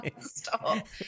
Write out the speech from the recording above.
stop